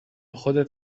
خودت